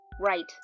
right